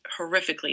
horrifically